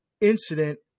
incident